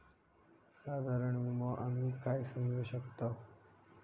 साधारण विमो आम्ही काय समजू शकतव?